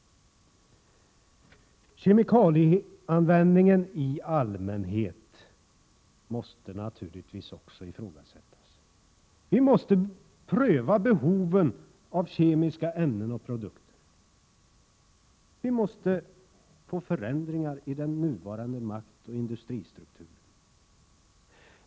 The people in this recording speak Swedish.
Kemikalieanvändningen i allmänhet måste naturligtvis också ifrågasättas. Vi måste pröva behoven av kemiska ämnen och produkter. Det måste ske förändringar i den nuvarande maktoch industristrukturen.